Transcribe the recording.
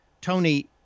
Tony